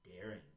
daring